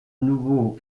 nouveau